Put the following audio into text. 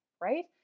right